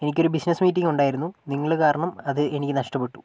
എനിക്കൊരു business meeting ഉണ്ടായിരുന്നു നിങ്ങള് കാരണം അതെനിക്ക് നഷ്ടപ്പെട്ടു